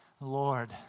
Lord